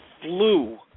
flew